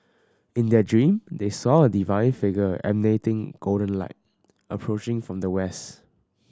in their dream they saw a divine figure emanating golden light approaching from the west